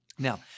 Now